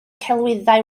celwyddau